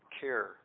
care